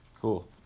Cool